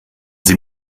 sie